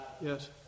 Yes